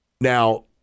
Now